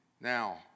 Now